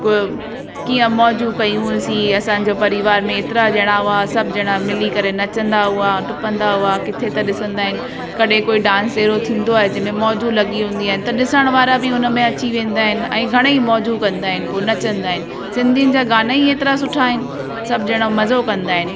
क कीअं मौजू कयूसीं असांजो परिवार में एतिरा ॼणा हुआ सभु ॼणा मिली करे नचंदा हुआ टुपंदा हुआ किथे त ॾिसंदा आहिनि कॾहें कोई डांस अहिड़ो थींदो आहे जंहिं में मौजू लॻदियूं हूंदियूं आहिनि त ॾिसण वारा बि हुन में अची वेंदा आहिनि ऐं घणेई मौजू कंदा आहिनि पोइ नचंदा आहिनि सिंधियुनि जा गाना ई एतिरा सुठा आहिनि सभु ॼणा मज़ो कंदा आहिनि